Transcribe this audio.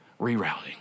rerouting